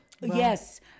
Yes